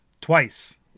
twice